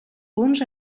punts